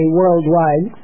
worldwide